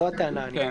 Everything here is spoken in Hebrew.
זו הטענה אני חושב.